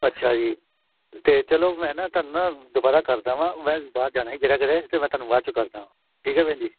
ਅੱਛਾ ਜੀ ਅਤੇ ਚਲੋ ਮੈਂ ਨਾ ਤੁਹਾਨੂੰ ਨਾ ਦੁਬਾਰਾ ਕਰਦਾ ਵਾਂ ਮੈਂ ਬਾਹਰ ਜਾਣਾ ਜੀ ਜਰਾ ਕਿਤੇ ਅਤੇ ਮੈਂ ਤੁਹਾਨੂੰ ਬਾਅਦ 'ਚੋਂ ਕਰਦਾ ਠੀਕ ਹੈ ਭੈਣ ਜੀ